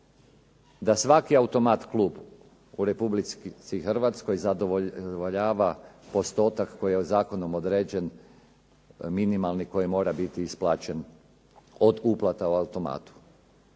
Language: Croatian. da svaki automat klub u Republici Hrvatskoj zadovoljava postotak koji je zakonom određen minimalni koji mora biti isplaćen od uplata u automatu.